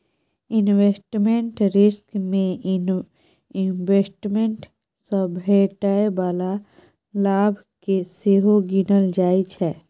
investment risk मे investment सँ भेटै बला लाभ केँ सेहो गिनल जाइ छै